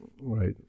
Right